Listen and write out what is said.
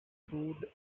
toured